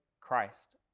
Christ